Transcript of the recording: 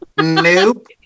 Nope